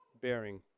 bearing